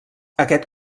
aquest